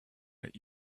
let